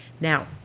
Now